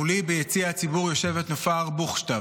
מולי ביציע הציבור יושבת נופר בוכשטב,